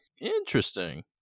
Interesting